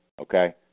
Okay